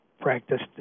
practiced